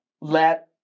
let